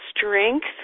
strength